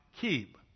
keep